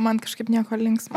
man kažkaip nieko linksmo